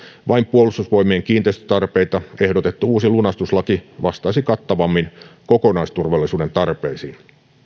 vain puolustusvoimien kiinteistötarpeita ehdotettu uusi lunastuslaki vastaisi kattavammin kokonaisturvallisuuden tarpeisiin